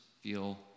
feel